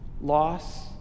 loss